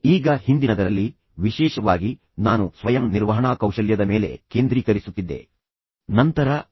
ಯಾವುದೇ ಸಂಘರ್ಷದಲ್ಲಿ ಎರಡು ಬದಿಗಳಿರುತ್ತವೆ ಮತ್ತು ಮೂರನೇ ಬದಿ ಕೂಡ ಇರುತ್ತದೆ ಮತ್ತು ಕೆಲವೊಮ್ಮೆ ಮೂರಕ್ಕಿಂತ ಹೆಚ್ಚು ಬದಿಗಳಿರುತ್ತವೆ